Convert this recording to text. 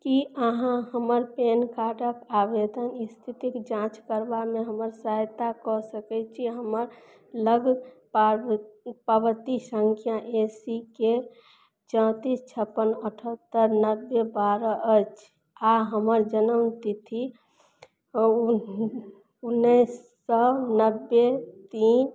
कि अहाँ हमर पेन कार्डके आवेदन इस्थितिके जाँच करबामे हमर सहायता कऽ सकै छी हमर लग पार पावती सँख्या एस सी के चौँतिस छप्पन अठहत्तरि नब्बे बारह अछि आओर हमर जनम तिथि अँ उनैस सओ नब्बे तीन